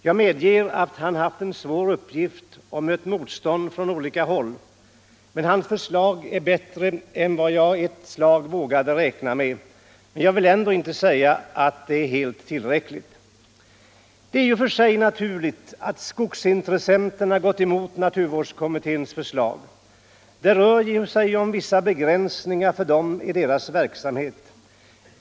Jag medger att han haft en svår uppgift och mött motstånd från olika håll. Hans förslag är bättre än vad jag ett slag vågade räkna med, men jag vill ändå inte säga att det är helt tillräckligt. Det är i och för sig naturligt att skogsintressenterna gått emot na Nr 145 turvårdskommitténs förslag, det rör sig ju om vissa begränsningar för Lördagen den dem i deras verksamhet.